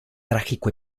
trágico